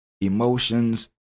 emotions